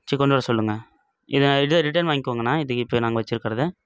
சே கொண்டு வர சொல்லுங்க இதை நான் இது ரிட்டன் வாய்ங்கோங்கண்ணா இது இப்போ நாங்கள் வச்சி இருக்கிறத